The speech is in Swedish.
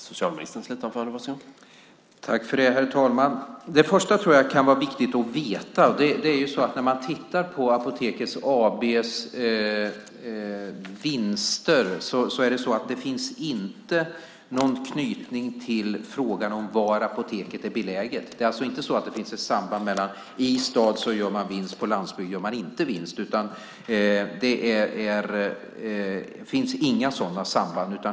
Herr talman! Det första som jag tror kan vara viktigt att veta är att det inte finns någon knytning till var apoteket är beläget när det gäller Apoteket AB:s vinster. Det är alltså inte så att man gör vinst i staden och inte på landsbygden. Det finns inga sådana samband.